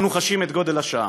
אנו חשים את גודל השעה,